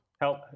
help